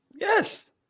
Yes